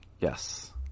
Yes